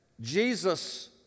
Jesus